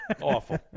awful